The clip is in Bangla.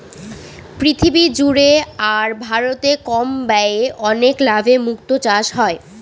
পৃথিবী জুড়ে আর ভারতে কম ব্যয়ে অনেক লাভে মুক্তো চাষ হয়